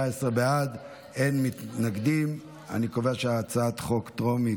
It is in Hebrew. אי-קיזוז ימי חופשה למתנדב במסגרת כוחות הביטחון וההצלה בשעת חירום),